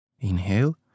Inhale